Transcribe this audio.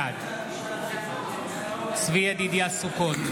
בעד צבי ידידיה סוכות,